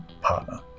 partner